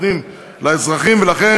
הצעת חוק שאנחנו לא מסוגלים לסיים אותה